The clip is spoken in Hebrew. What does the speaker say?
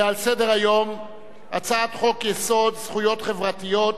ועל סדר-היום הצעת חוק-יסוד: זכויות חברתיות,